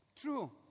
True